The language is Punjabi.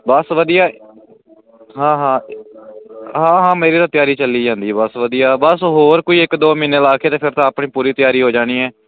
ਬਸ ਵਧੀਆ ਹਾਂ ਹਾਂ ਮੇਰੀ ਤਾਂ ਤਿਆਰੀ ਚੱਲੀ ਜਾਂਦੀ ਬਸ ਵਧੀਆ ਬਸ ਹੋਰ ਕੋਈ ਇੱਕ ਦੋ ਮਹੀਨੇ ਲਾ ਕੇ ਤੇ ਫਿਰ ਤਾਂ ਆਪਣੀ ਪੂਰੀ ਤਿਆਰੀ ਹੋ ਜਾਣੀ ਹੈ